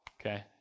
okay